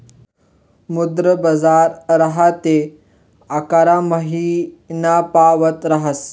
मुद्रा बजार सहा ते अकरा महिनापावत ऱहास